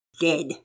dead